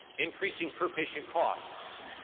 increasing per patient costs,